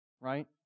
right